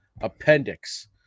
appendix